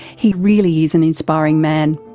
he really is an inspiring man.